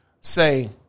say